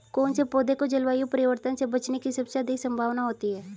कौन से पौधे को जलवायु परिवर्तन से बचने की सबसे अधिक संभावना होती है?